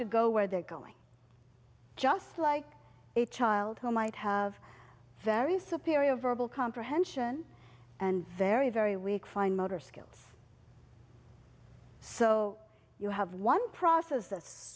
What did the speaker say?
to go where they're going just like a child who might have very superior verbal comprehension and very very weak fine motor skills so you have one process